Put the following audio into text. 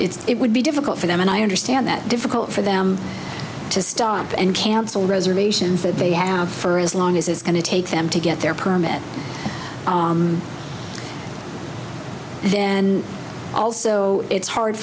it's it would be difficult for them and i understand that difficult for them to stop and cancel reservations that they have for as long as it's going to take them to get their permit and then also it's hard